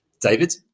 David